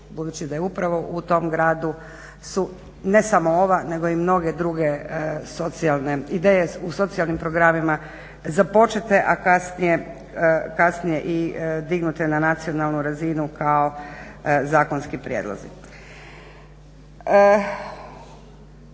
budući da je upravo u tom gradu su ne samo ova nego i mnoge druge ideje u socijalnim programima započete, a kasnije i dignute na nacionalnu razinu kao zakonski prijedlozi.